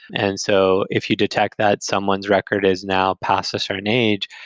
and so if you detect that someone's record is now past a certain age,